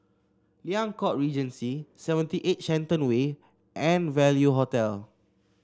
Liang Court Regency Seventy eight Shenton Way and Value Hotel